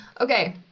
Okay